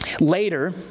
Later